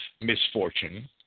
misfortune